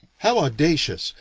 how audacious,